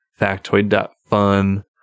factoid.fun